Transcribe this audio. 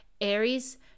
Aries